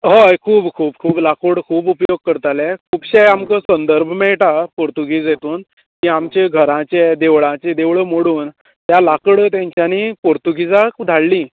हय खूब खूब खूब लांकूड खूब उपयोग करतालें खूबशें आमकां संदर्भ मेळटा पुर्तूगीज हेतून की आमचें घराचें देवळाचें देवळां मोडून त्या लांकूड तेंच्यानी पोर्तुगीजाक धाडलेीं